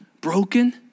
Broken